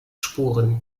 spuren